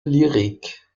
lyrique